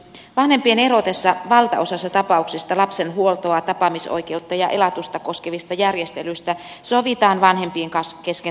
vanhempien erotessa valtaosassa tapauksista lapsen huoltoa tapaamisoikeutta ja elatusta koskevista järjestelyistä sovitaan vanhempien kesken sovinnossa